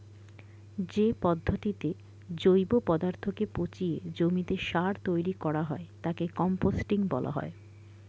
যে পদ্ধতিতে জৈব পদার্থকে পচিয়ে জমিতে সার তৈরি করা হয় তাকে কম্পোস্টিং বলা হয়